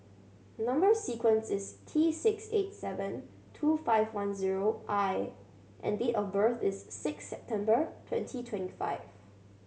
number sequence is T six eight seven two five one zero I and date of birth is six September twenty twenty five